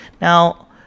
Now